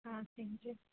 હા thank you